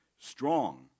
strong